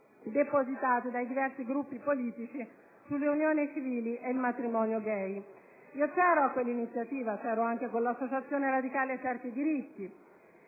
depositate dai diversi Gruppi politici sulle unioni civili e sul matrimonio gay. Io ero presente a quell'iniziativa anche con l'associazione radicale "Certi diritti".